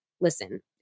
listen